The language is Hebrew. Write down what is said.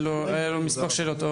היה לו מספר שאלות.